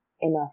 enough